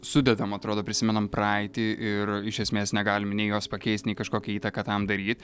sudedam atrodo prisimenam praeitį ir iš esmės negalim nei jos pakeist nei kažkokią įtaką tam daryt